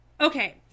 Okay